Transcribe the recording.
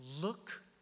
look